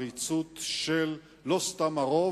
לעריצות של לא סתם הרוב,